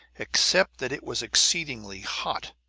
except that it was exceedingly hot.